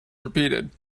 repeated